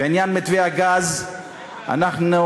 נא